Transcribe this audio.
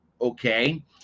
okay